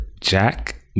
Jack